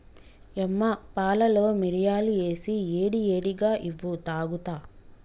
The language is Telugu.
యమ్మ పాలలో మిరియాలు ఏసి ఏడి ఏడిగా ఇవ్వు తాగుత